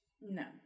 No